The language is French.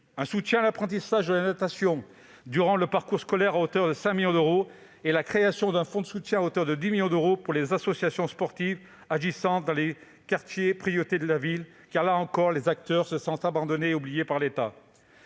un soutien à l'apprentissage de la natation durant le parcours scolaire de 5 millions d'euros. Nous avons créé un fonds de soutien doté de 10 millions d'euros pour les associations sportives agissant dans les quartiers prioritaires de la politique de la ville, où, là encore, les acteurs se sentent abandonnés et oubliés par l'État.